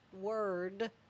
word